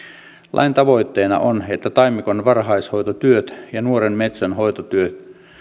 lain tavoitteena on että taimikon varhaishoitotyöt ja nuoren metsän hoitotyö